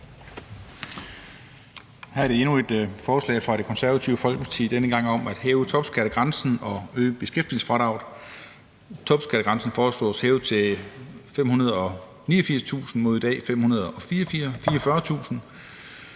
Her er endnu et forslag fra Det Konservative Folkeparti, denne gang om at hæve topskattegrænsen og øge beskæftigelsesfradraget. Topskattegrænsen foreslås hævet til 589.000 kr. mod i dag 544.000